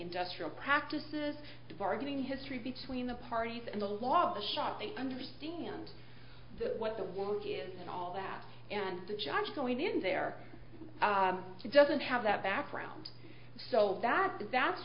industrial practices the bargaining history between the parties and the law of the shot they understand what the work is and all that and the judge going in there doesn't have that background so that that's